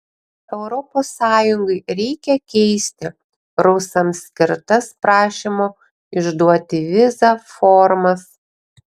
europos sąjungai reikia keisti rusams skirtas prašymo išduoti vizą formas